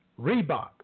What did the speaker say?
Reebok